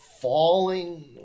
falling